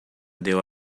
deu